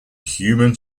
human